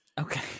okay